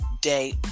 day